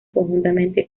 conjuntamente